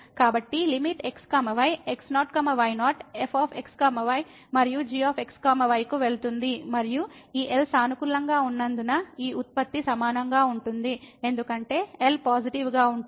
కాబట్టి limit x y x0 y0 f x y మరియు g x y కు వెళుతుంది మరియు ఈ L సానుకూలంగా ఉన్నందున ఈ ఉత్పత్తి సమానంగా ఉంటుంది ఎందుకంటే L పాజిటివ్ గా ఉంటుంది